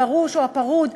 הגרוש או הפרוד,